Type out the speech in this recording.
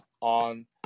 on